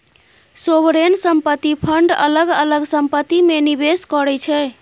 sovereign संपत्ति fund अलग अलग संपत्ति मे निबेस करै छै